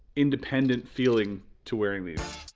independent feeling to wearing these.